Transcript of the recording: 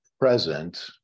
present